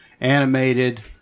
animated